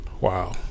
wow